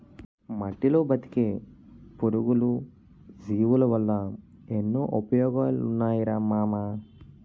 మట్టిలో బతికే పురుగులు, జీవులవల్ల ఎన్నో ఉపయోగాలున్నాయిరా మామా